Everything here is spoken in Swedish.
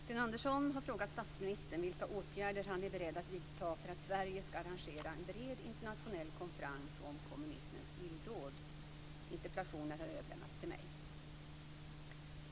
Fru talman! Sten Andersson har frågat statsministern vilka åtgärder han är beredd att vidta för att Sverige ska arrangera en bred internationell konferens om kommunismens illdåd. Interpellationen har överlämnats till mig.